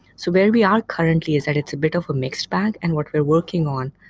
so where we are currently is that it's a bit of a mixed bag and what we're working on,